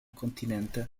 continente